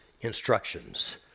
instructions